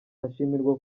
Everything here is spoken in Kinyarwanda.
ashimirwa